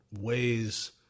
ways